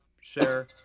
share